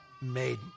made